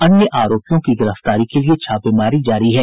अन्य आरोपियों की गिरफ्तारी के लिए छापेमारी जारी है